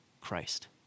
Christ